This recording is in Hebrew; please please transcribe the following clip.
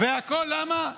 והכול למה?